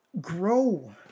grow